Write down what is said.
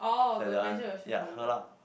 that that one ya her lah